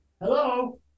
Hello